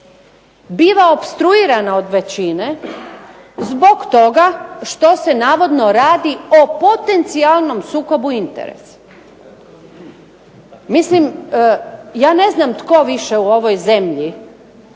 biva opstruirana od većine zbog toga što se navodno radi o potencijalnom sukobu interesa. Ja ne znam tko više u ovoj zemlji